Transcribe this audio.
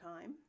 time